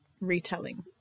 retelling